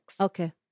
Okay